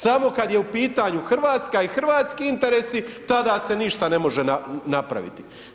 Samo kad je u pitanju RH i hrvatski interesi, tada se ništa ne može napraviti.